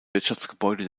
wirtschaftsgebäude